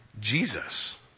jesus